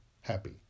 Happy